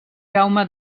jaume